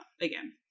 again